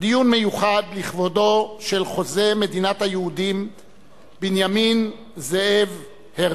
דיון מיוחד לכבודו של חוזה מדינת היהודים בנימין זאב הרצל.